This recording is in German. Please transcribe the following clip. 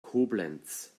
koblenz